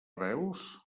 veus